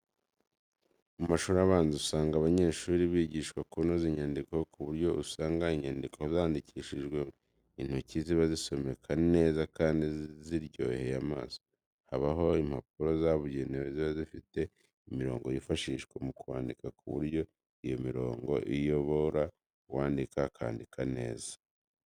Mu mashuri abanza usanga abanyeshuri bigishwa kunoza inyandiko ku buryo usanga inyandiko zandikishijwe intoki ziba zisomeka neza kandi ziryoheye amaso. Habaho impapuro zabugenewe ziba zifite imirongo yifashisjwa mu kwandika ku buryo iyo mirongo iyobora uwandika akandika neza.